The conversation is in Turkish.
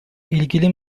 ilgili